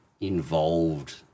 involved